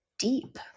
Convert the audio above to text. deep